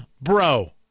bro